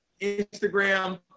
instagram